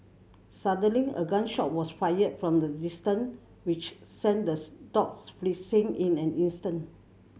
suddenly a gun shot was fired from a distance which sent the dogs fleeing in an instant